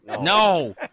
No